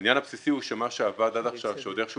העניין הבסיסי הוא שמה עבד עד עכשיו שעוד איכשהו